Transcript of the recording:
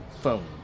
phone